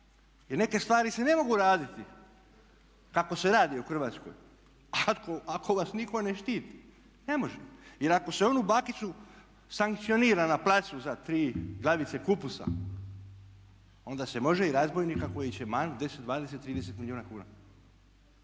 Jer neke stvari se ne mogu raditi kako se radi u Hrvatskoj ako vas nitko ne štiti, ne može. Jer ako se onu bakicu sankcionira na placu za tri glavice kupusa, onda se može i razbojnika koji će manut 10, 20, 30 milijuna kuna,